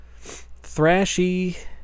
thrashy